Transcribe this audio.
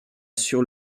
sur